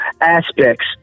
aspects